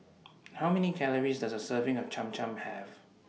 How Many Calories Does A Serving of Cham Cham Have